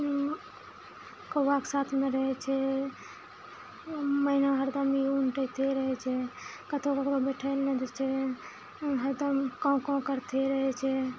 कौआके साथमे रहै छै मैना हरदम ई उन्टेतै रहै छै कतौ ककरो बैठय लए दै छै हरदम काँव काँव करते रहै छै